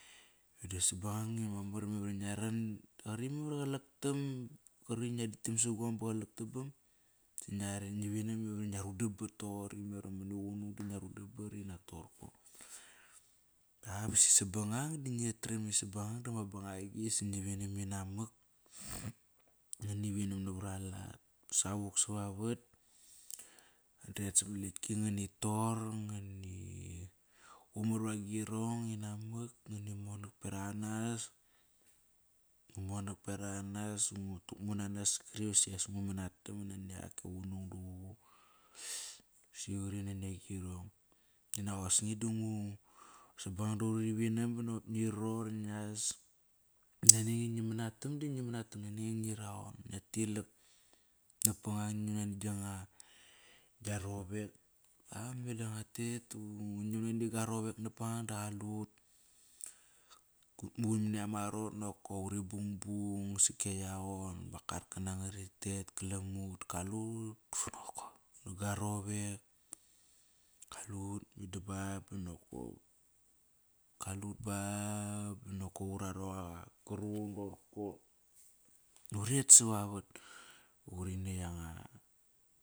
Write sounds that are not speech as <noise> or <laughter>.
Mada sabangang ngi memar, memar ngia ran, da qori memar iva qalaktam kri ngia daktam sa guam ba qalak tabam. <unintelligible> Ngi vinam iva ngia rudam bat toqori memar i maniqunung ba ngia ruda bat mak toqorko. <unintelligible> Basi sabangang da ngia tram i sabangang dama banagi si ngi vinam inamak <noise> ngani vinam na varalat ba savuk savavat nga detk samat lekti, ngani tor ngani qumar vagirong inamak ngani monak berak anas, ngu monak berak anas, ngu tukmu namas kri iva saqias ngu manatam naniak ke qunung duququ, siqari nani agirong. <unintelligible> sabangang doqori uri vinam ba nop ngi ror, ngias, nani ange ngi manatam da ngi manatam nani ange raun ngia tilak na pa ngang nani gianga rovek. <unintelligible> Meda ngua tet ba ngu nam nani gua rovek napangang da qalut. Ut muqun mani ama arot nokop uri bungbung sake yagon. Ma kar kana nga tet klam ut. Kalut nakop. Gua rovek kalut, meda ba nokop, kalut ba, ba nakop ura roqa quruqum roqorko da uret savavat uri nekt anga cavam.